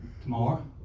tomorrow